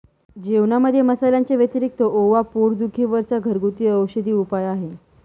जेवणामध्ये मसाल्यांच्या व्यतिरिक्त ओवा पोट दुखी वर चा घरगुती औषधी उपाय आहे